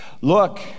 Look